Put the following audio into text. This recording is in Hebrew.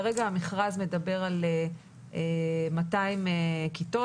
כרגע המכרז מדבר על 200 כיתות.